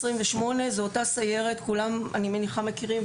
זו אותה סיירת שאני מניחה שכולם מכירים.